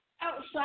outside